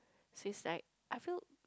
seems like I feel